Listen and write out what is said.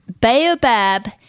baobab